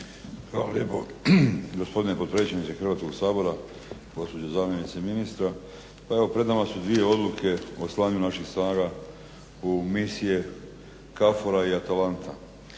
Hvala lijepo gospodine potpredsjedniče Hrvatskog sabora. Gospođo zamjenice ministra. Pa evo pred nama su dvije odluke o slanju naših snaga u misije KFOR-a i Atalanta.